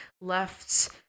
left